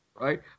Right